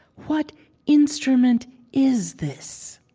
what instrument is this?